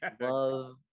Love